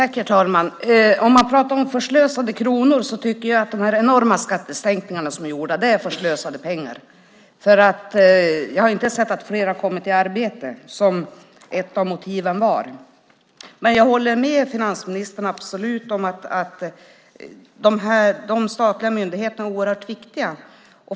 Herr talman! Om man pratar om förslösade kronor tycker jag att de enorma skattesänkningarna som har gjorts är förslösade pengar. Jag har inte sett att fler har kommit i arbete, vilket var ett av motiven. Men jag håller absolut med finansministern om att de statliga myndigheterna är oerhört viktiga.